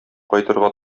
кайтырга